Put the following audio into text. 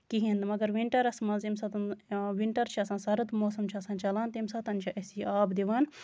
کِہیٖنۍ نہٕ مَگر وِنٹرَس منٛز ییٚمہِ ساتَن وِنٹر چھُ آسان سَرٕد موسَم چھُ آسان چلان تَمہِ ساتہٕ چھُ اَسہِ یہِ آب دِوان